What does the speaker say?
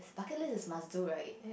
bucket list is must do right